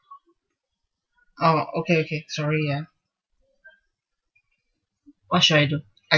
ah okay okay sorry ya what should I do I